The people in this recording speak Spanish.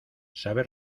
sabe